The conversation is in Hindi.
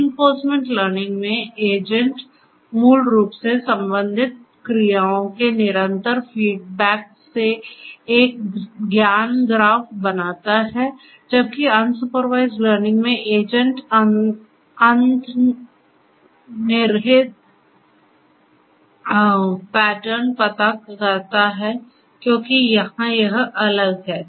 रिइंफोर्समेंट लर्निंग में एजेंट मूल रूप से संबंधित क्रियाओं के निरंतर फ़ीड बैक से एक ज्ञान ग्राफ बनाता है जबकि अनसुपरवाइज्ड लर्निंग में एजेंट अंतर्निहित पैटर्न पाता करता है क्योंकि यहां यह अलग है